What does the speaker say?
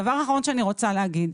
הדבר האחרון שאני רוצה להגיד.